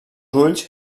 ulls